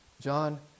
John